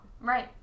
right